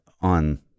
on